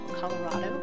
Colorado